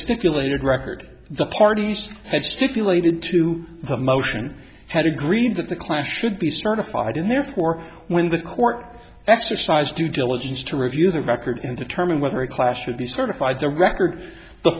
stipulated record the parties had stipulated to the motion had agreed that the class should be certified and therefore when the court exercise due diligence to review the record in determine whether a clash would be sort of by the record the